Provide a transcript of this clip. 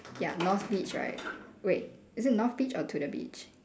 ya north beach right wait is it north beach or to the beach